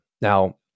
Now